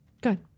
Good